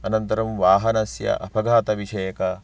अनन्तरं वाहनस्य अपघातविषयक